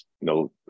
no